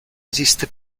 esiste